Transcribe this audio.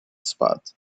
spot